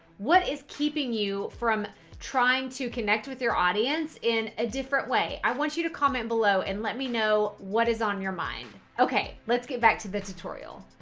what is keeping you from trying to connect with your audience in a different way? i want you to comment below and let me know what is on your mind. okay, let's get back to the tutorial.